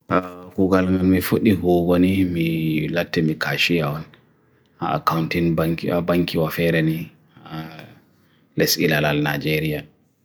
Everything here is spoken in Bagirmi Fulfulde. Kougal mme futni ho gwani, mme latemi kashi aon. Akkontin banki wa banki wafereni. Les ilalal na jereya.